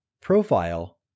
profile